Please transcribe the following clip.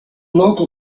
local